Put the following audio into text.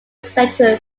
central